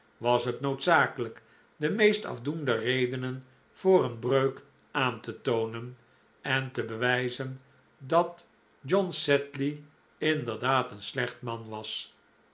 was het noodzakelijk de meest afdoende redenen voor een breuk aan te toonen en te bewijzen dat john sedley inderdaad een slecht man was